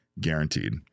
guaranteed